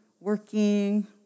working